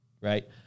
right